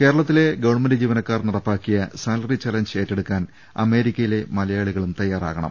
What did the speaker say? കേര ളത്തിൽ ഗവൺമെന്റ് ജീവനക്കാർ നടപ്പാക്കിയ സാലറി ചലഞ്ച് ഏറ്റെടു ക്കാൻ അമേരിക്കയിലെ മലയാളികളും തയ്യാറാകണം